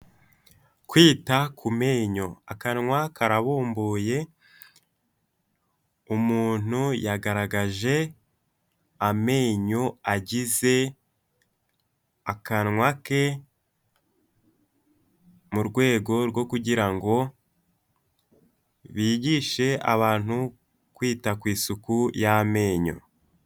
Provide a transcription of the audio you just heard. Kwita ku menyo, akanwa karabumbuye umuntu yagaragaje amenyo agize akanwa ke, mu rwego rwo kugira ngo bigishe abantu kwita ku isuku y'amenyo.